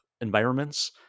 environments